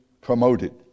promoted